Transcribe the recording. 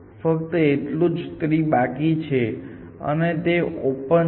તે ફક્ત આ નોડના મૂલ્યને તેની રીતે સુધારે છે